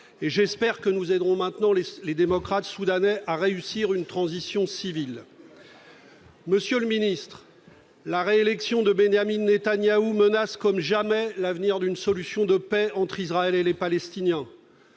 ; j'espère que nous aiderons à présent les démocrates soudanais à réussir une transition civile. Cela dit, la réélection de Benyamin Netanyahou menace comme jamais l'avenir d'une solution de paix entre Israël et les Palestiniens.